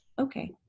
okay